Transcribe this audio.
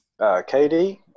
KD